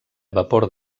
vapor